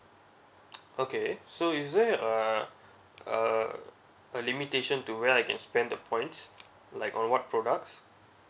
okay so is there a a a limitation to where I can spend the points like on what products